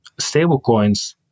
stablecoins